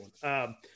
one